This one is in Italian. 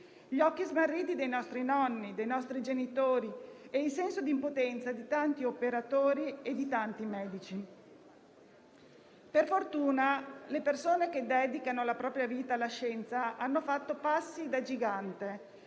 gli occhi smarriti dei nostri nonni, dei nostri genitori e il senso di impotenza di tanti operatori e medici. Per fortuna, le persone che dedicano la propria vita alla scienza hanno fatto passi da gigante